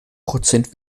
prozent